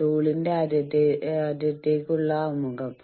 ടൂളിന്റെ ആദ്യത്തേക്കുള്ള ആമുഖം